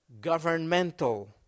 governmental